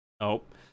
nope